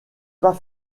pas